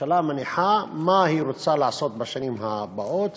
הממשלה מניחה מה היא רוצה לעשות בשנים הבאות,